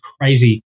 crazy